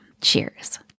cheers